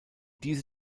diese